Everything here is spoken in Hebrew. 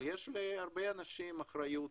אבל יש להרבה אנשים אחריות